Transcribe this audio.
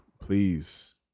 please